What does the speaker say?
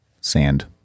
sand